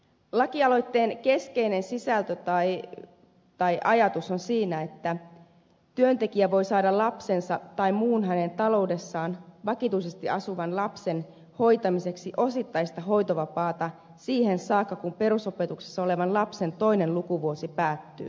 lakialoitteen keskeinen sisältö tai ajatus on siinä että työntekijä voi saada lapsensa tai muun hänen taloudessaan vakituisesti asuvan lapsen hoitamiseksi osittaista hoitovapaata siihen saakka kun perusopetuksessa olevan lapsen toinen lukuvuosi päättyy